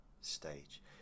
stage